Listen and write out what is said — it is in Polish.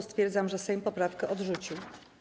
Stwierdzam, że Sejm poprawkę odrzucił.